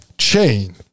chain